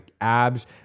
abs